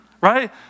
right